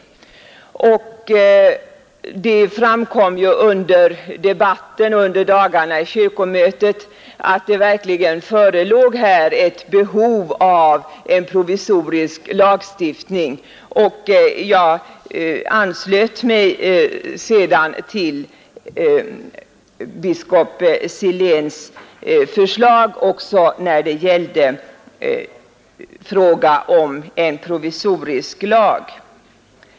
Det framkom under kyrkomötet att det verkligen förelåg ett behov av en provisorisk lagstiftning, och jag anslöt mig därför till biskop Siléns förslag när det gällde frågan om en provisorisk lag.